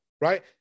right